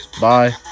Bye